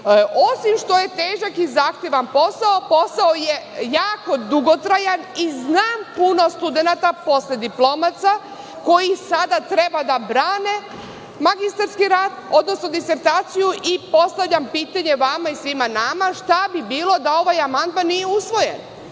što je težak i zahtevan posao, posao je jako dugotrajan i znam puno studenata posle diplomaca koji sada treba da brane magistarski rad, odnosno disertaciju, i postavljam pitanje vama i svima nama – šta bi bilo da ovaj amandman nije usvojen?